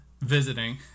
visiting